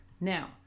Now